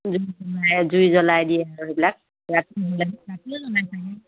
জুই জ্বলাই জুই জ্বলাই দিয়ে আৰু সেইবিলাক